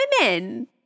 women